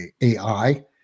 AI